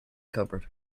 cupboard